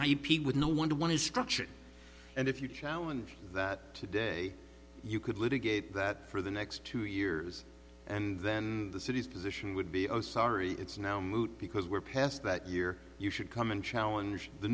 repeat with no one to one is structured and if you challenge that today you could litigate that for the next two years and then the city's position would be a sorry it's now moot because we're past that year you should come and challenge the